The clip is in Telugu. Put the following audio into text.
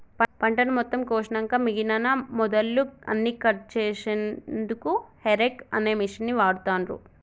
పంటను మొత్తం కోషినంక మిగినన మొదళ్ళు అన్నికట్ చేశెన్దుకు హేరేక్ అనే మిషిన్ని వాడుతాన్రు